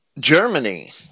Germany